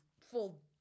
full